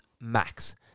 max